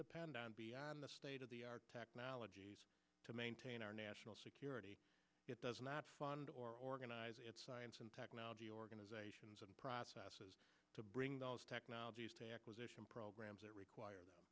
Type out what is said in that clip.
depend on the state of the art technologies to maintain our national security it does not fund or organize its science and technology organizations and processes to bring technologies to acquisition programs that require